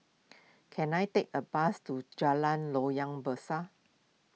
can I take a bus to Jalan Loyang Besar